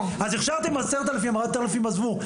אז הכשרתם 10,000 ו-4,000 עזבו.